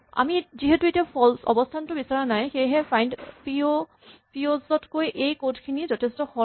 আমি যিহেতু এতিয়া অৱস্হানটো বিচৰা নাই সেয়েহে ফাইন্ডপিঅ'ছ তকৈ এই কড খিনি যথেষ্ট সৰল